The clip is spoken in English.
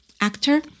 actor